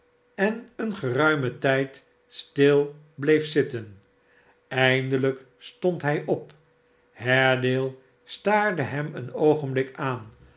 en een geruimen tijd stil bleef zitten eindelijk stond hij op haredale staarde hem een oogenblik aan